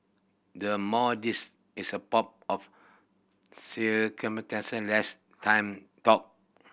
the more this is a pomp of circumstance the less time talk